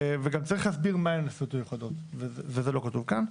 צריך גם להסביר מה הן נסיבות מיוחדות וזה לא כתוב כאן.